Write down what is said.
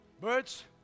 birds